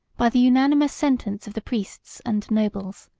by the unanimous sentence of the priests and nobles,